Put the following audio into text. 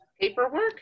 Paperwork